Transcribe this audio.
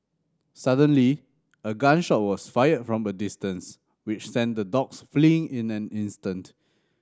suddenly a gun shot was fired from a distance which sent the dogs fleeing in an instant